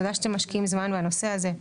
תודה שאתם משקיעים זמן בנושא הזה.